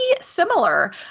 similar